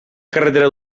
carretera